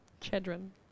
children